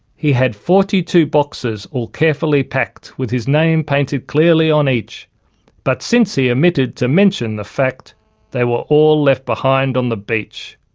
he had forty-two boxes, all carefully packed with his name painted clearly on each but, since he omitted to mention the fact they were all left behind on the beach.